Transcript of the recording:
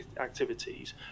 activities